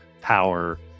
power